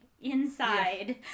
inside